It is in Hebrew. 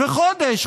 וחודש,